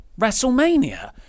Wrestlemania